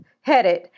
headed